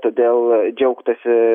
todėl džiaugtasi